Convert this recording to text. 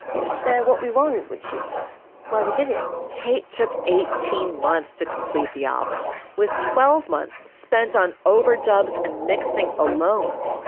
and so what we want which is why we did it kate took eighteen months to complete the album with twelve months spent on overdubs and mixing alone.